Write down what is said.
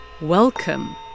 Welcome